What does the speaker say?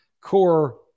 core